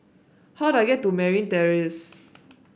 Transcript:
how do I get to Merryn Terrace